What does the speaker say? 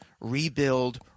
rebuild